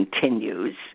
continues